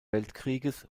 weltkrieges